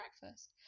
breakfast